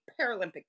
paralympic